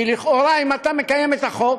כי לכאורה, אם אתה מקיים את החוק,